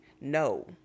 no